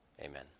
amen